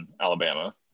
Alabama